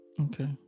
Okay